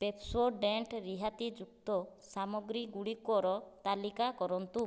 Pepsodent ରିହାତିଯୁକ୍ତ ସାମଗ୍ରୀଗୁଡ଼ିକର ତାଲିକା କରନ୍ତୁ